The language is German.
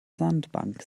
sandbank